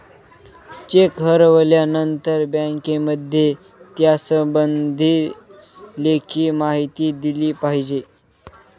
check हरवल्यानंतर बँकेमध्ये त्यासंबंधी लेखी माहिती दिली पाहिजे